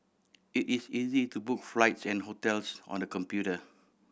it is easy to book flights and hotels on the computer